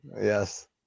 Yes